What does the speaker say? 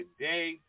today